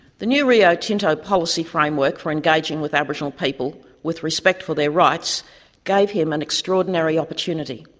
the new rio tinto policy framework for engaging with aboriginal people with respect for their rights gave him an extraordinary opportunity.